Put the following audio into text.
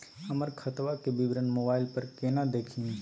हमर खतवा के विवरण मोबाईल पर केना देखिन?